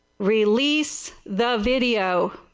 release the video.